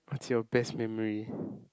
what's your best memory